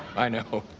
i know.